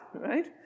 right